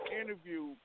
interview